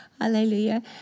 hallelujah